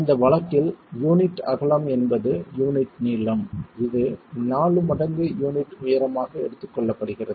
இந்த வழக்கில் யூனிட் அகலம் என்பது யூனிட் நீளம் இது 4 மடங்கு யூனிட் உயரமாக எடுத்துக் கொள்ளப்படுகிறது